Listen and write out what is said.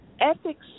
Ethics